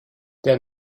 der